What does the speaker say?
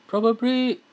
probably